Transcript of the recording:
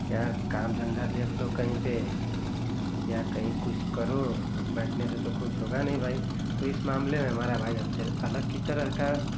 यार काम धंधा देख लो कहीं पर या कहीं कुछ करो बैठने से तो कुछ होगा नहीं भाई तो इस मामले में हमारा भाई हमसे अलग कि तरह का